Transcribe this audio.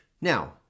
Now